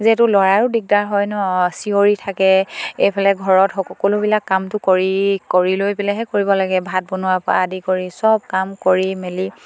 যিহেতু ল'ৰাৰো দিগদাৰ হয় ন চিঞৰি থাকে এইফালে ঘৰত সকলোবিলাক কামটো কৰি কৰি লৈ পেলাইহে কৰিব লাগে ভাত বনোৱাৰ পৰা আদি কৰি চব কাম কৰি মেলি